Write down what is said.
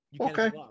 okay